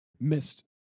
missed